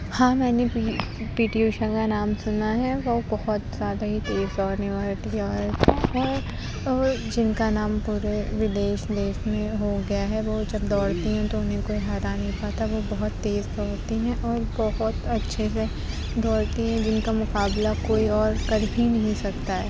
ہاں میں نے پی پی ٹی اوشا کا نام سُنا ہے وہ بہت زیادہ ہی تیز اور ہے جن کا نام پورے ودیش دیش میں ہو گیا ہے وہ جب دوڑتی ہیں تو اُنہیں کوئی ہرا نہیں پاتا وہ بہت تیز دوڑتی ہیں اور بہت اچھے سے دوڑتی ہیں جن کا مقابلہ کوئی اور کر ہی نہیں سکتا ہے